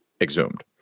exhumed